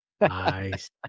nice